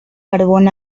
carbón